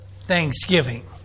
Thanksgiving